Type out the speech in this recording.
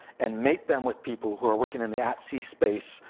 and make them with people who are working in the at sea space,